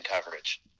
coverage